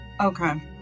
Okay